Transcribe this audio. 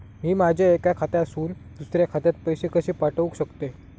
मी माझ्या एक्या खात्यासून दुसऱ्या खात्यात पैसे कशे पाठउक शकतय?